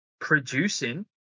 producing